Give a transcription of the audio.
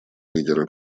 лидера